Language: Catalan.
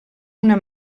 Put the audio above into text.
una